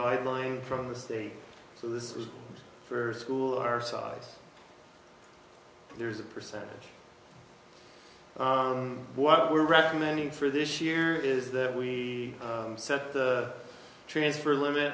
guideline from the state so this was for school our size there's a percentage what we're recommending for this year is that we set the transfer limit